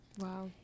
Wow